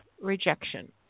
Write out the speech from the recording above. rejection